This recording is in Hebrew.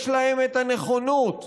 יש להם את הנכונות,